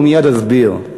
ומייד אסביר.